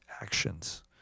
actions